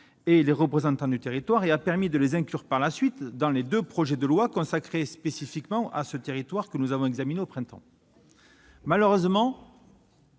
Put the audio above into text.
et les représentants du territoire ; il a permis de les inclure par la suite dans les deux projets de loi consacrés spécifiquement à ce territoire que nous avons examinés au printemps. Malheureusement,